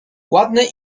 ładny